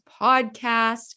Podcast